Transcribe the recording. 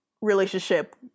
relationship